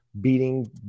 beating